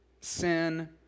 sin